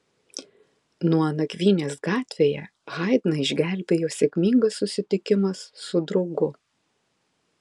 nuo nakvynės gatvėje haidną išgelbėjo sėkmingas susitikimas su draugu